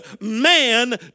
man